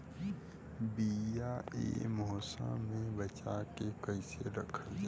बीया ए मौसम में बचा के कइसे रखल जा?